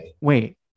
wait